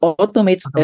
automates